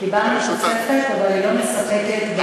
קיבלנו תוספת, אבל היא לא מספקת.